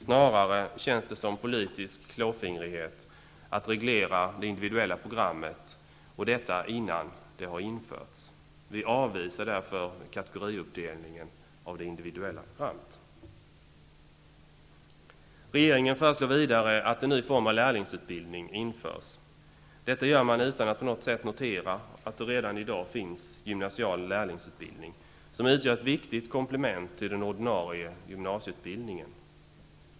Snarare känns det som politisk klåfingrighet att reglera det individuella programmet, och detta innan det har införts. Vi avvisar därför kategoriuppdelningen av det individuella programmet. Regeringen föreslår vidare att en ny form av lärlingsutbildning införs. Detta gör man utan att på något sätt notera att det redan i dag finns gymnasial lärlingsutbildning, som utgör ett viktigt komplement till den ordinarie gymnasieutbildningen.